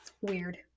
Weird